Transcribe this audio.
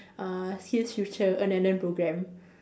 uh SkillsFuture earn and learn programme